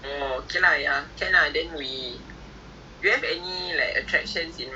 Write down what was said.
oh ya we can do that also uh I think twenty dollar thing can get us about three right